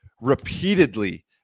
repeatedly